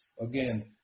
again